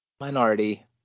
minority